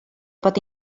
pot